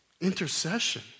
Intercession